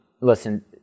Listen